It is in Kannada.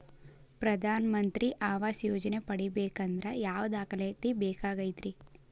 ಪ್ರಧಾನ ಮಂತ್ರಿ ಆವಾಸ್ ಯೋಜನೆ ಪಡಿಬೇಕಂದ್ರ ಯಾವ ದಾಖಲಾತಿ ಬೇಕಾಗತೈತ್ರಿ?